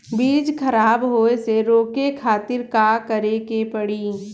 बीज खराब होए से रोके खातिर का करे के पड़ी?